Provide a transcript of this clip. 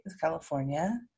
California